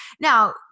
Now